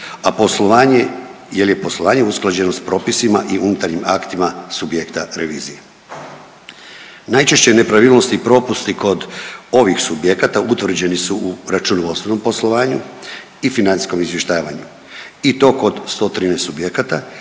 a poslovanje je li poslovanje usklađeno s propisima i unutarnjim aktima subjekta revizije. Najčešće nepravilnosti i propusti kod ovih subjekata utvrđeni su u računovodstvenom poslovanju i financijskom izvještavanju i to kod 113 subjekata